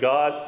God